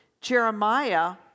Jeremiah